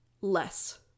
less